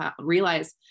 realize